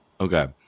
okay